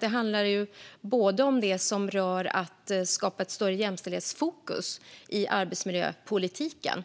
Det handlar både om det som rör att skapa ett större jämställdhetsfokus i arbetsmiljöpolitiken